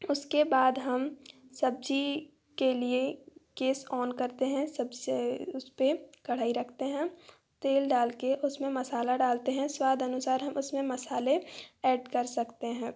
उसके बाद हम सब्जी के लिए गैस ऑन करते हैं सबसे उस पर कढ़ाई रखते हैं तेल डाल के उसमें मसाला डालते हैं स्वादानुसार हम उसमें मसाले ऐड कर सकते हैं